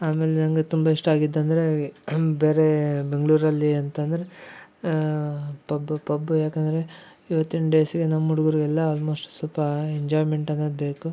ಆಮೇಲೆ ನನಗೆ ತುಂಬಾ ಇಷ್ಟ ಆಗಿದ್ದು ಅಂದರೆ ಬೇರೆ ಬೆಂಗಳೂರಲ್ಲಿ ಎಂತ ಅಂದರೆ ಪಬ್ ಪಬ್ಬು ಯಾಕಂದರೆ ಇವತ್ತಿನ ಡೇಸ್ಗೆ ನಮ್ಮ ಹುಡುಗರು ಎಲ್ಲಾ ಆಲ್ಮೋಸ್ಟ್ ಸ್ವಲ್ಪ ಎಂಜಾಯ್ಮೆಂಟ್ ಅನ್ನೋದು ಬೇಕು